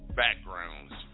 backgrounds